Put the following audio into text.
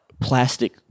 plastic